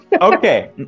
Okay